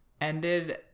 ended